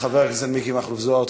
חבר הכנסת מכלוף מיקי זוהר.